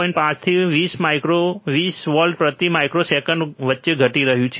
5 થી 20 micro 20 volt પ્રતિ microsecond વચ્ચે ઘટી રહ્યું છે